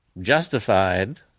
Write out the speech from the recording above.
justified